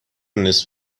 نصف